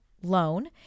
loan